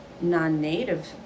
non-native